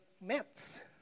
Mets